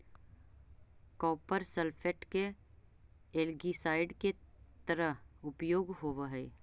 copper sulphate के algicide के तरह उपयोग होवऽ हई